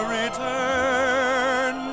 return